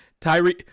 Tyree –